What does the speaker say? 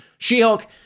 She-Hulk